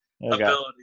ability